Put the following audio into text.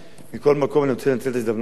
מכל מקום, אני רוצה לנצל את ההזדמנות הזאת